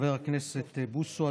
חבר הכנסת בוסו.